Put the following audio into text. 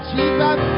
Jesus